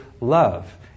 love